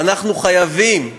ואנחנו חייבים,